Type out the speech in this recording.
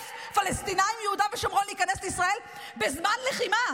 פלסטינים מיהודה ושומרון להיכנס לישראל בזמן לחימה,